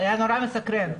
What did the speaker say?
היה נורא מסקרן.